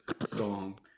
song